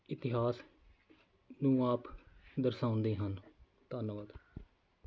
ਇਤਿਹਾਸ ਨੂੰ ਆਪ ਦਰਸਾਉਂਦੇ ਹਨ ਧੰਨਵਾਦ